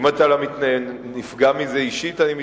אם אתה נפגע מזה אישית אני מתנצל,